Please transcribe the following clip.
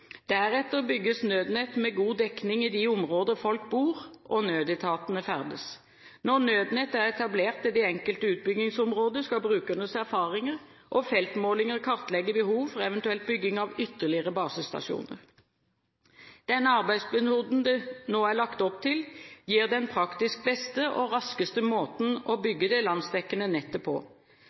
Deretter bygges Nødnett med god dekning i de områder folk bor og nødetatene ferdes. Når Nødnett er etablert i det enkelte utbyggingsområdet, skal brukernes erfaringer og feltmålinger kartlegge behov for eventuell bygging av ytterligere basestasjoner. Denne arbeidsmetoden det nå er lagt opp til, gir den praktisk beste og raskeste måten å bygge det landsdekkende nettet på.